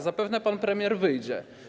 Zapewne pan premier wyjdzie.